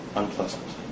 unpleasant